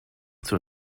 zur